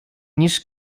niż